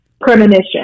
premonition